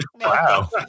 Wow